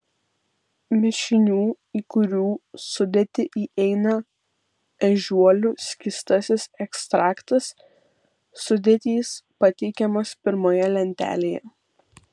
mišinių į kurių sudėtį įeina ežiuolių skystasis ekstraktas sudėtys pateikiamos pirmoje lentelėje